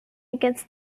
against